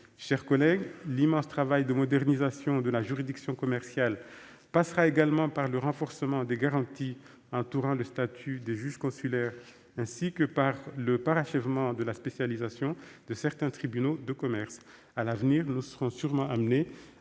chers collègues, l'immense travail de modernisation de la juridiction commerciale passera aussi par le renforcement des garanties entourant le statut des juges consulaires, ainsi que par le parachèvement de la spécialisation de certains tribunaux de commerce. À l'avenir, nous serons sûrement appelés